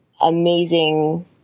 amazing